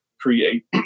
create